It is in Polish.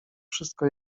wszystko